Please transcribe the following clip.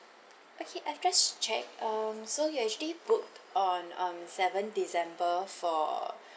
okay I've just checked um so you actually booked on um seventh december for